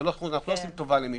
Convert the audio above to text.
אנחנו לא עושים טובה למישהו,